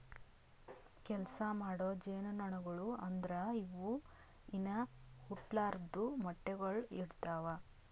ಕೆಲಸ ಮಾಡೋ ಜೇನುನೊಣಗೊಳು ಅಂದುರ್ ಇವು ಇನಾ ಹುಟ್ಲಾರ್ದು ಮೊಟ್ಟೆಗೊಳ್ ಇಡ್ತಾವ್